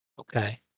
Okay